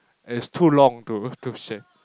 and it's too long to to share